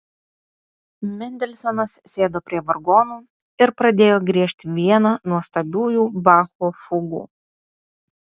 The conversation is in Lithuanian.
mendelsonas sėdo prie vargonų ir pradėjo griežti vieną nuostabiųjų bacho fugų